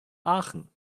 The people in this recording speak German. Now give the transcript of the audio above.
aachen